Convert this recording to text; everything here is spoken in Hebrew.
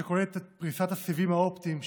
שכוללת את פריסת הסיבים האופטיים,